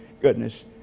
goodness